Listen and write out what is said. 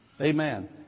Amen